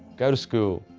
go to school.